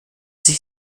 sich